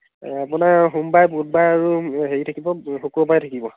আপোনাৰ সোমবাৰে বুধবাৰে হেৰি থাকিব শুক্ৰবাৰে থাকিব